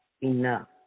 enough